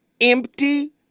Empty